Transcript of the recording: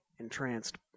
entranced